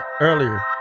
Earlier